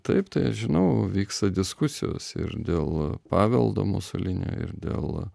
taip tai aš žinau vyksta diskusijos ir dėl paveldo musolinio ir dėl